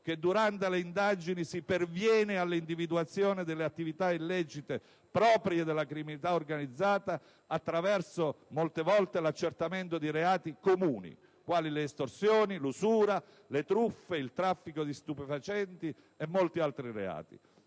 volte durante le indagini si perviene all'individuazione delle attività illecite proprie della criminalità organizzata attraverso l'accertamento di reati comuni, quali le estorsioni, l'usura, le truffe, il traffico di stupefacenti e molti altri reati.